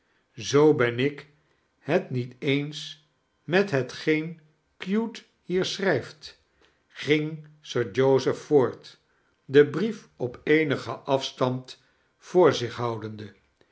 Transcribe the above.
zoo ben ik het niet eens met hetgeen cute liier schrijft ging sir joseph voort den brief op eenigen afstand voor zich houdende